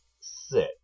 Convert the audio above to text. sit